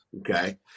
okay